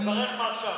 תברך מעכשיו.